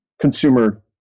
consumer